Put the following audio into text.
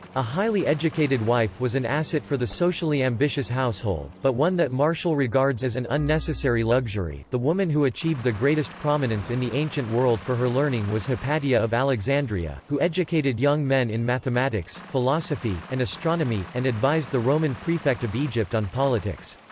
a highly educated wife was an asset for the socially ambitious household, but one that martial regards as an unnecessary luxury the woman who achieved the greatest prominence in the ancient world for her learning was hypatia of alexandria, who educated young men in mathematics, philosophy, and astronomy, and advised the roman prefect of egypt on politics.